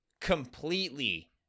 completely